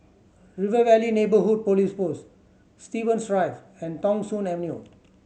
River Valley Neighbourhood Police Post Stevens Drive and Thong Soon Avenue